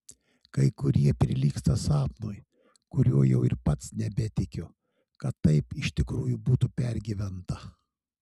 kai kurie prilygsta sapnui kuriuo jau ir pats nebetikiu kad taip iš tikrųjų būtų pergyventa